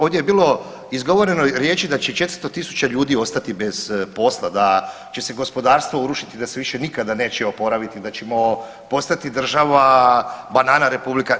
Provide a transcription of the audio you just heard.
Ovdje je bilo izgovoreno riječi da će 400 tisuća ljudi ostati bez posla, da će se gospodarstvo urušiti da se više nikada neće oporaviti, da ćemo postati država „banana republika“